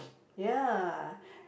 ya